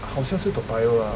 好像是 toa payoh lah